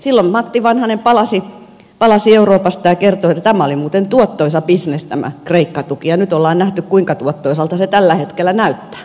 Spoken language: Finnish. silloin matti vanhanen palasi euroopasta ja kertoi että oli muuten tuottoisa bisnes tämä kreikka tuki ja nyt on nähty kuinka tuottoisalta se tällä hetkellä näyttää